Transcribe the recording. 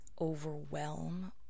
overwhelm